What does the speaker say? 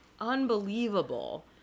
Unbelievable